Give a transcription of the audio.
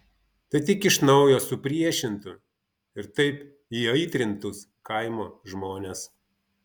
tai tik iš naujo supriešintų ir taip įaitrintus kaimo žmones